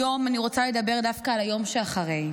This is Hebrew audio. היום אני רוצה לדבר דווקא על היום אחרי,